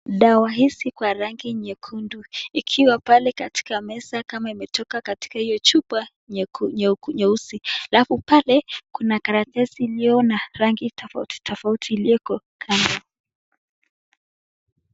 Dawa hizi kwa rangi nyekundu ikiwa pale katika meza kama imetoka katika hiyo chupa nyeusi halafu pale kuna karatasi iliyo na rangi tofauti tofauti iliyoko kando.